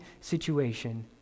situation